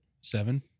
Seven